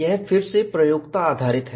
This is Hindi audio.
यह फिर से प्रयोक्ता आधारित है